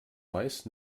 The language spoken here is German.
meist